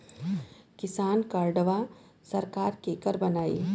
किसान कार्डवा सरकार केकर बनाई?